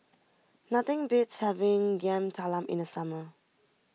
nothing beats having Yam Talam in the summer